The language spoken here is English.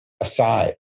aside